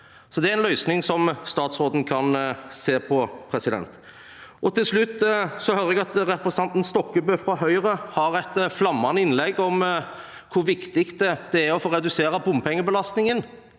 Det er en løsning statsråden kan se på. Til slutt: Jeg hørte at representanten Stokkebø fra Høyre hadde et flammende innlegg om hvor viktig det er å få redusert bompengebelastningen,